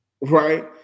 right